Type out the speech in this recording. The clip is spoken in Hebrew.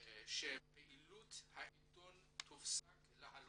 שפעילות העיתון תופסק לחלוטין.